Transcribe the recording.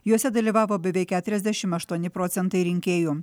juose dalyvavo beveik keturiasdešimt aštuoni procentai rinkėjų